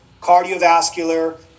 cardiovascular